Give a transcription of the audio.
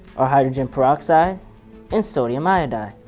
a hydrogen peroxide and sodium iodine.